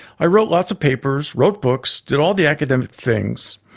i wrote lots of papers, wrote books, did all the academic things.